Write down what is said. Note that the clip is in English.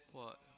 !wah!